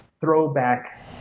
throwback